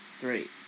three